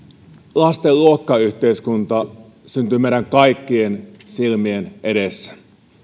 lasten luokkayhteiskunta syntyy meidän kaikkien silmien edessä